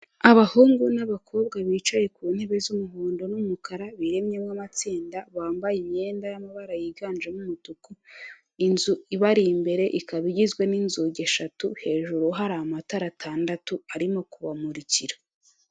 Abahungu n'abakobwa bicaye ku ntebe z'umuhondo n'umukara biremyemo amatsinda bambaye imyenda y'amabara yiganjemo umutuku, inzu ibari imbere ikaba igizwe n'inzugi eshatu hejuru hari amatara atandatu arimo kubamurikira.